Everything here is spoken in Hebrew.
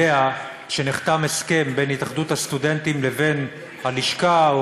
שנחתם הסכם בין התאחדות הסטודנטים לבין הלשכה,